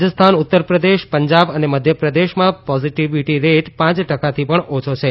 રાજસ્થાન ઉત્તરપ્રદેશ પંજાબ અને મધ્યપ્રદેશમાં positivity rate પાંચ ટકાથી પણ ઓછો છે